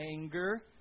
anger